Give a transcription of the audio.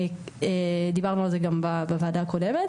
דיברנו על זה גם בוועדה הקודמת.